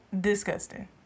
Disgusting